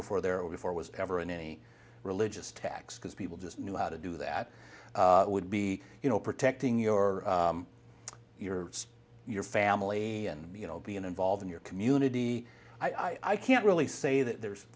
before there were before was ever in any religious tax because people just knew how to do that would be you know protecting your your your family and you know being involved in your community i can't really say that there's